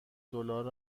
دلار